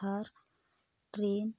Thar train